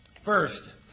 First